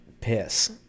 piss